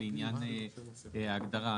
לעניין ההגדרה,